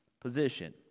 position